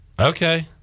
Okay